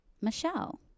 Michelle